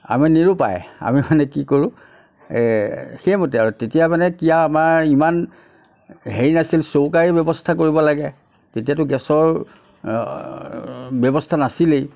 আমি নিৰুপায় আমি মানে কি কৰোঁ সেইমতেই আৰু তেতিয়া মানে কি আৰু আমাৰ ইমান হেৰি নাছিল চৌকাই ব্যৱস্থা কৰিব লাগে তেতিয়াতো গেছৰ ব্যৱস্থা নাছিলেই